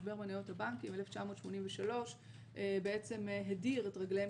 משבר מניות הבנקים ב-1983 בעצם הדיר את רגליהם